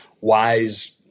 wise